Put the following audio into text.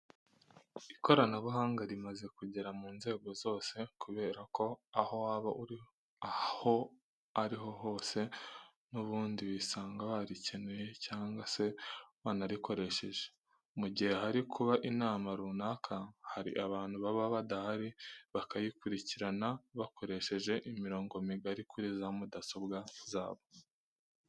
Ikoranabuhanga rimaze kugera mu nzego zose kubera ko aho waba uri aho ari ho hose n'ubundi wisanga warikeneye cyangwa se wanarikoresheje. Mu gihe hari kuba inama runaka hari abantu baba badahari bakayikurikirana bakoresheje imirongo migari kuri za mudasobwa zabo.